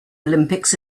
olympics